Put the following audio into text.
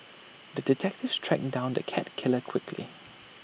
the detective tracked down the cat killer quickly